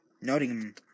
Nottingham